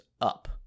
up